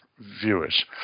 viewers